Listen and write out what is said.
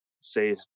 say